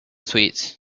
sweets